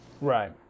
Right